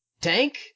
tank